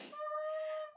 ah